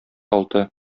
алты